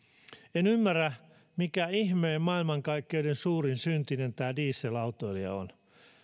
en ymmärrä mikä ihmeen maailmankaikkeuden suurin syntinen tämä dieselautoilija on